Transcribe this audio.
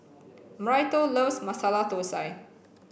Myrtle loves Masala Thosai